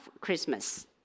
Christmas